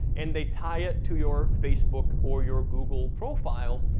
and they tie it to your facebook, or your google profile.